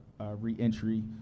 reentry